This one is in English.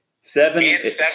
seven